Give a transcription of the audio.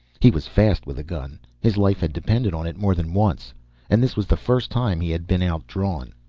he was fast with a gun his life had depended on it more than once and this was the first time he had been outdrawn.